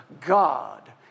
God